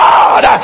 God